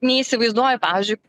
neįsivaizduoju pavyzdžiui